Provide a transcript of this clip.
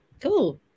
Cool